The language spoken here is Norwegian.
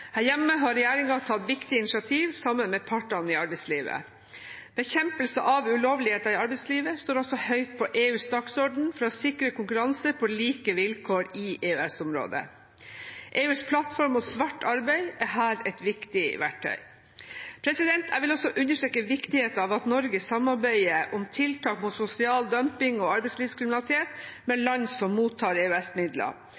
Her hjemme har regjeringen tatt viktige initiativ sammen med partene i arbeidslivet. Bekjempelse av ulovligheter i arbeidslivet står også høyt på EUs dagsorden for å sikre konkurranse på like vilkår i EØS-området. EUs plattform mot svart arbeid er her et viktig verktøy. Jeg vil også understreke viktigheten av at Norge samarbeider om tiltak mot sosial dumping og arbeidslivskriminalitet med